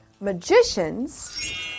Magicians